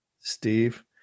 steve